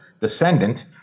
descendant